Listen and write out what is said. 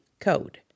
code